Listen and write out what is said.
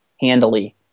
handily